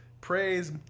Praise